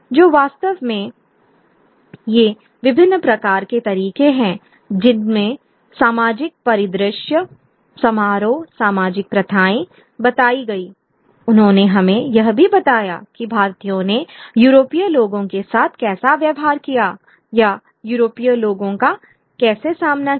तो वास्तव में ये विभिन्न प्रकार के तरीके हैं जिनमें सामाजिक परिदृश्य समारोह सामाजिक प्रथाएं बताई गईI उन्होंने हमें यह भी बताया कि भारतीयों ने यूरोपीय लोगों के साथ कैसा व्यवहार किया या यूरोपीय लोगों का कैसे सामना किया